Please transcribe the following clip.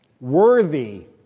worthy